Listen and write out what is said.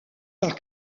par